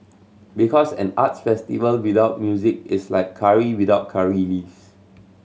because an arts festival without music is like curry without curry leaves